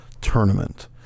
Tournament